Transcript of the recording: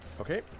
Okay